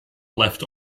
left